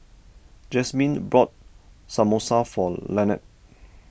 Jazmyne bought Samosa for Lanette